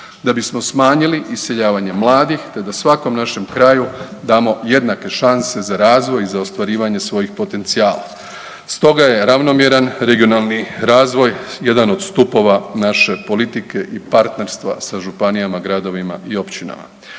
da bismo smanjili iseljavanje mladih, te da svakom našem kraju damo jednake šanse za razvoj i za ostvarivanje svojih potencijala. Stoga je ravnomjeran regionalni razvoj jedan od stupova naše politike i partnerstva sa županijama, gradovima i općinama.